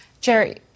Jerry